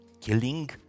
Killing